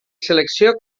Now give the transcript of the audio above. selecció